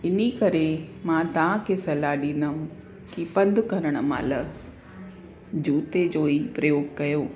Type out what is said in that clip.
इन करे मां तव्हांखे सलाहु ॾींदमि की पंधि करण महिल जूते जो ई प्रयोगु कयो